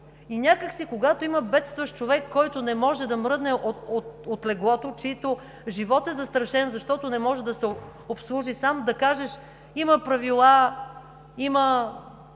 И някак си, когато има бедстващ човек, който не може да мръдне от леглото, чийто живот е застрашен, защото не може да се обслужи сам, да кажеш: „Има правила, има